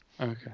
Okay